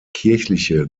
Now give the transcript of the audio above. kirchliche